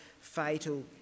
fatal